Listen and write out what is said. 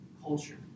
culture